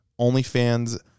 OnlyFans